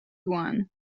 one